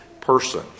person